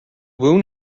wound